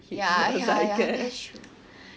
ya ya ya that's true